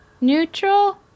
Neutral